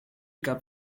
gab